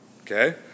okay